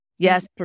Yes